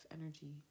energy